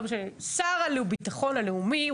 לא משנה, שר לביטחון הלאומי.